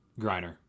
Griner